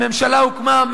הממשלה הוקמה,